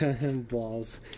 Balls